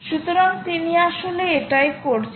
সুতরাং তিনি আসলে এটাই করছেন